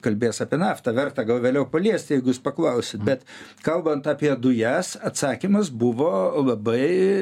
kalbės apie naftą verta gal vėliau paliest jeigu jūs paklausit bet kalbant apie dujas atsakymas buvo labai